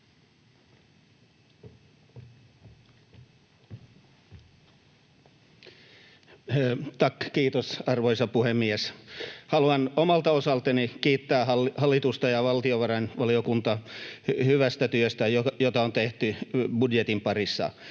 Kiitos, arvoisa puhemies! Haluan omalta osaltani kiittää hallitusta ja valtiovarainvaliokuntaa hyvästä työstä, jota on tehty budjetin parissa.